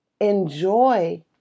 enjoy